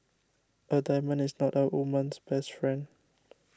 a diamond is not a woman's best friend